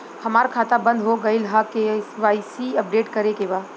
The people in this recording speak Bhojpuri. हमार खाता बंद हो गईल ह के.वाइ.सी अपडेट करे के बा?